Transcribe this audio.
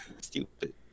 stupid